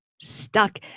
stuck